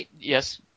Yes